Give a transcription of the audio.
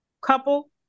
couple